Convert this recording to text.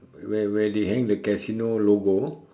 where where they hang the casino logo